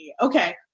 Okay